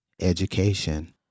education